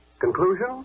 Conclusion